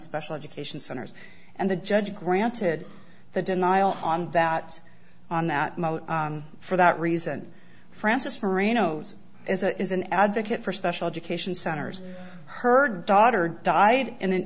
special education centers and the judge granted the denial on that on that mode for that reason francis merinos is a is an advocate for special education centers her daughter died in an